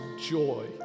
joy